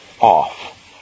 off